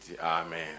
Amen